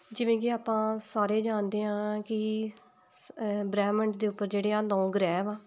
ਜਿਵੇਂ ਕਿ ਆਪਾਂ ਸਾਰੇ ਜਾਣਦੇ ਹਾਂ ਕਿ ਬ੍ਰਹਿਮੰਡ ਦੇ ਉੱਪਰ ਜਿਹੜੇ ਆ ਨੌ ਗ੍ਰਹਿ ਵਾ